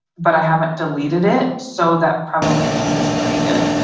but i haven't deleted it. so that probably means it's pretty good.